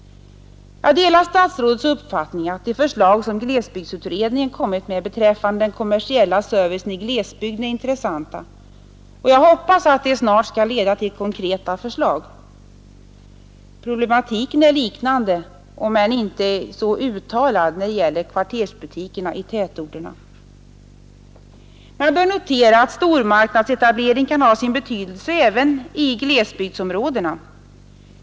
Jag delar statsrådets uppfattning att de förslag som glesbygdsutredningen framlagt beträffande den kommersiella servicen i glesbygden är värdefulla, och jag hoppas att de snart skall leda till konkreta förslag. Problematiken är liknande, om än inte så uttalad, där det gäller kvartersbutikerna i tätorterna. Man bör notera att en stormarknadsetablering kan ha sina konsekvenser även för glesbygdsområden.